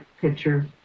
picture